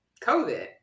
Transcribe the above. COVID